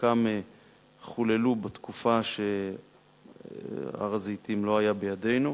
שחלקם חוללו בתקופה שהר-הזיתים לא היה בידינו.